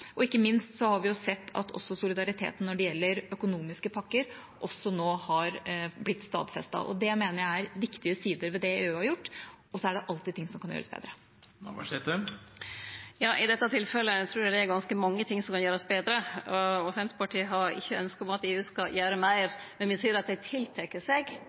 Ikke minst har vi sett at solidariteten når det gjelder økonomiske pakker, også nå har blitt stadfestet. Det mener jeg er viktige sider ved det EU har gjort – og så er det alltid ting som kan gjøres bedre. I dette tilfellet trur eg det er ganske mange ting som kan gjerast betre. Senterpartiet har ikkje eit ynske om at EU skal gjere meir, men me ser at dei har teke til seg